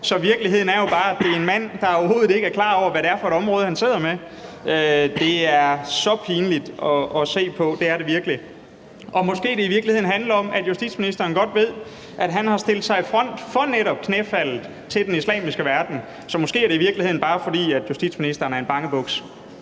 Så virkeligheden er jo bare, at det er en mand, der overhovedet ikke er klar over, hvad det er for et område, han sidder med. Det er så pinligt at se på; det er det virkelig. Og måske handler det i virkeligheden om, at justitsministeren godt ved, at han har stillet sig i front for netop knæfaldet til den islamiske verden. Så måske er det i virkeligheden bare, fordi justitsministeren er en bangebuks.